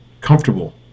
comfortable